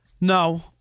No